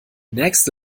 nächste